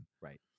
right